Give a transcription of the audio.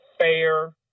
fair